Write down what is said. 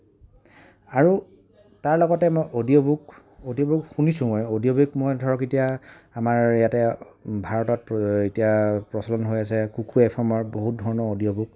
আৰু তাৰ লগতে মই অডিঅ' বুক অডিঅ' বুক মই ধৰক এতিয়া আমাৰ ইয়াতে ভাৰতত এতিয়া প্ৰচলন হৈ আছে কুকু এফ এমৰ বহুত ধৰণৰ অডিঅ' বুক